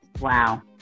Wow